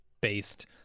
Based